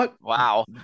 wow